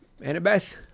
Annabeth